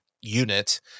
unit